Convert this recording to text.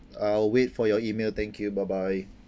uh I'll wait for your email thank you bye bye